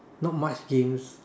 not much games